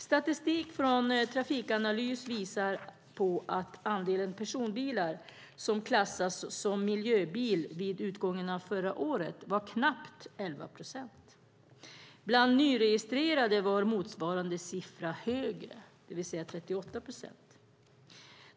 Statistik från Trafikanalys visar på att andelen personbilar som klassas som miljöbil vid utgången av förra året var knappt 11 procent. Bland de nyregistrerade var motsvarande siffra högre, det vill säga 38 procent.